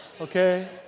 Okay